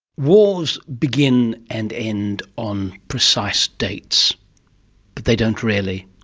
wars begin and end on precise dates. but they don't really.